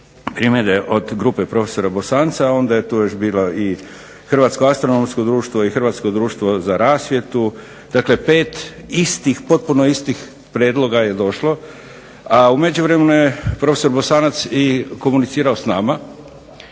primjedbe od grupe profesora Bosanca. Onda je tu još bilo i Hrvatsko astronomsko društvo i Hrvatsko društvo za rasvjetu, dakle 5 istih, potpuno istih prijedloga je došlo, a u međuvremenu je prof. Bosanac i komunicirao s nama